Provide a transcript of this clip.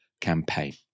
campaign